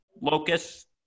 Locust